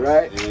Right